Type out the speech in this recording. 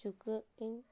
ᱪᱩᱠᱟᱹᱜ ᱤᱧ